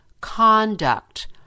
conduct